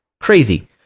Crazy